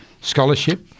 scholarship